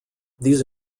these